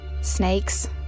Snakes